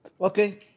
Okay